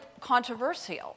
controversial